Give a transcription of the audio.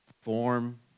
Form